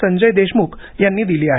संजय देशम्ख यांनी दिली आहे